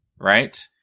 right